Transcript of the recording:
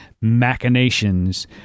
machinations